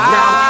Now